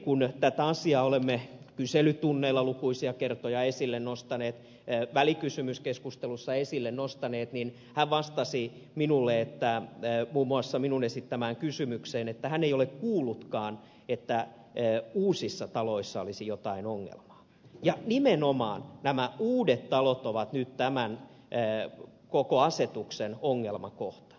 kun tätä asiaa olemme kyselytunneilla lukuisia kertoja esille nostaneet välikysymyskeskustelussa esille nostaneet niin arvoisa ministeri vastasi muun muassa minun esittämääni kysymykseen että hän ei ole kuullutkaan että uusissa taloissa olisi jotain ongelmaa ja nimenomaan nämä uudet talot ovat nyt tämän koko asetuksen ongelmakohta